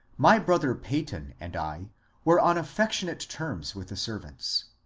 my brother peyton and i were on affectionate terms with the servants.